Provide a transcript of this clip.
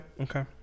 okay